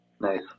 Nice